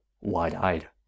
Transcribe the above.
wide-eyed